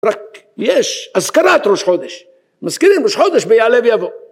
‫רק יש אזכרת ראש חודש, ‫מזכירם ראש חודש ביעלה ויבוא.